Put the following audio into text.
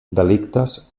delictes